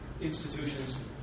institutions